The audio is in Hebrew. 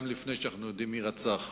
גם לפני שאנחנו יודעים מי רצח,